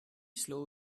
slow